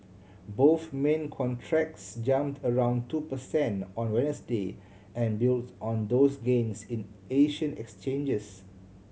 both main contracts jumped around two percent on Wednesday and built on those gains in Asian exchanges